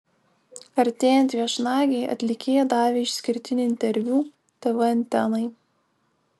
artėjant viešnagei atlikėja davė išskirtinį interviu tv antenai